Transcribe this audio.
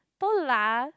polar